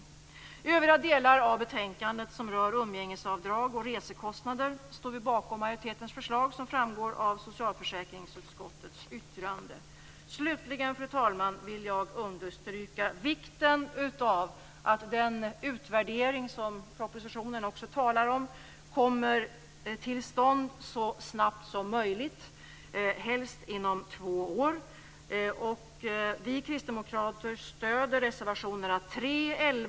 I övriga delar av betänkandet, som rör umgängesavdrag och resekostnader, står vi bakom majoritetens förslag, vilket framgår av socialförsäkringsutskottets yttrande. Slutligen vill jag, fru talman, understryka vikten av att den utvärdering som det talas om i propositionen kommer till stånd så snabbt som möjligt, helst inom två år.